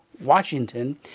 Washington